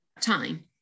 time